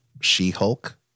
She-Hulk